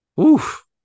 Oof